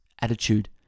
attitude